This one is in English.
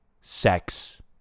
Sex